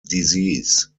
disease